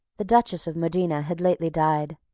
the duchess of modena, had lately died.